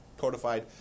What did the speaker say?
codified